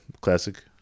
classic